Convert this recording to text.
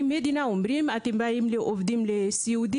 אני חושבת שאם המדינה אומרת שאתם באים לעובדים סיעודיים,